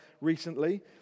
recently